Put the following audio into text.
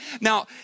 Now